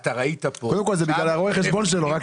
זה בגלל רואה החשבון שלו.